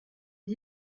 est